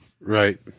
Right